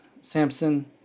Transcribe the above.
Samson